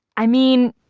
i mean,